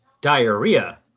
diarrhea